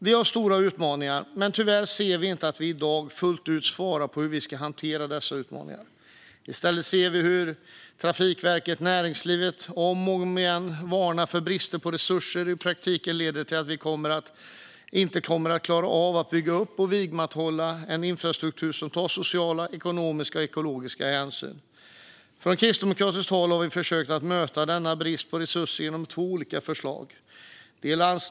Vi har stora utmaningar, men tyvärr ser vi inte att vi i dag fullt ut svarar på hur vi ska hantera dessa utmaningar. I stället ser vi hur Trafikverket och näringslivet om och om igen varnar för att bristen på resurser i praktiken leder till att vi inte kommer att klara av att bygga upp och vidmakthålla en infrastruktur som tar sociala, ekonomiska och ekologiska hänsyn. Från kristdemokratiskt håll har vi försökt att möta denna brist på resurser genom två olika förslag.